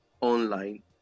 online